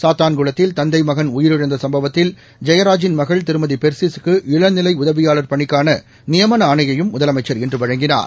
சாத்தான்குளத்தில் தந்தை மகன் உயிரிழந்த சுப்பவத்தில் ஜெயராஜின் மகள் திருமதி பெர்சிஸ் க்கு இளநிலை உதவியாளர் பணிக்கான நியமன ஆணையையும் முதலமைச்சர் இன்று வழங்கினார்